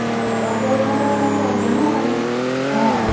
অ বাবাক লৈ গ'লে ধৰ ইমান প্ৰব্লেমো নাথাকে অ